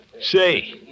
Say